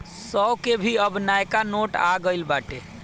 सौ के भी अब नयका नोट आ गईल बाटे